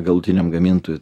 galutiniam gamintojui